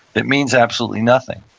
that means absolutely nothing.